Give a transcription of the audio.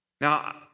Now